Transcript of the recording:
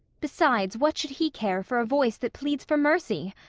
besides, what should he care for a voice that pleads for mercy?